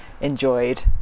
enjoyed